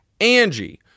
Angie